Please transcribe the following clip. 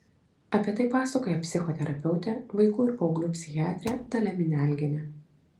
apie tai pasakoja psichoterapeutė vaikų ir paauglių psichiatrė dalia minialgienė